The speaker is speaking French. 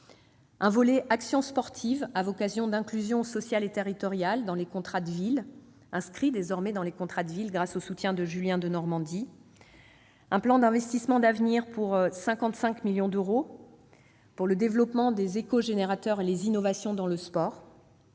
le volet « action sportive à vocation d'inclusion sociale et territoriale » inscrit désormais dans les contrats de ville grâce au soutien de Julien Denormandie. Le troisième exemple est le plan d'investissement d'avenir de 55 millions d'euros pour le développement des éco-générateurs et les innovations dans le sport.